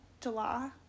July